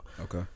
Okay